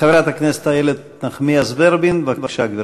חברת הכנסת איילת נחמיאס ורבין, בבקשה, גברתי.